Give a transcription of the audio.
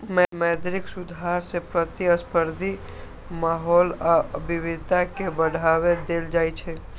मौद्रिक सुधार सं प्रतिस्पर्धी माहौल आ विविधता कें बढ़ावा देल जाइ छै